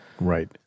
right